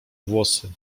włosy